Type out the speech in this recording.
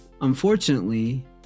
Unfortunately